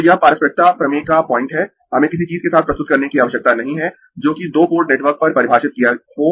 तो यह पारस्परिकता प्रमेय का पॉइंट है हमें किसी चीज के साथ प्रस्तुत करने की आवश्यकता नहीं है जोकि दो पोर्ट नेटवर्क पर परिभाषित किया हो